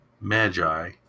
magi